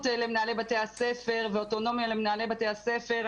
למנהלי בתי הספר ואוטונומיה למנהלי בתי הספר.